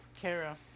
Kara